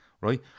right